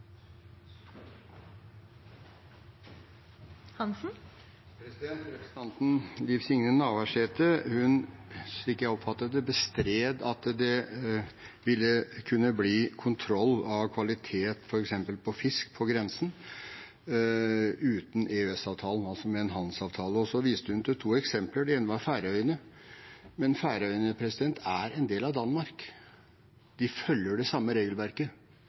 Representanten Liv Signe Navarsete bestred, slik jeg oppfattet det, at det ville kunne bli kontroll av kvalitet f.eks. på fisk på grensen uten EØS-avtalen, altså med en handelsavtale, og så viste hun til to eksempler. Det ene var Færøyene. Men Færøyene er en del av Danmark. De følger det samme regelverket,